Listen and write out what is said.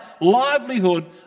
livelihood